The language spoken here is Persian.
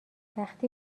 وقتی